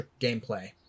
gameplay